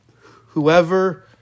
whoever